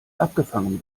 abgefangen